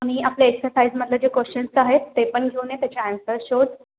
आणि आपल्या एक्सरसाइजमधले जे क्वेशन्स आहेत ते पण घेऊन ये त्याचे ॲन्सर्स शोध